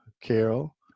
Carol